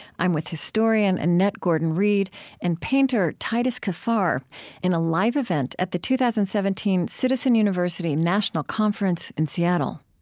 i'm with historian annette gordon-reed and painter titus kaphar in a live event at the two thousand and seventeen citizen university national conference in seattle